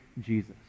Jesus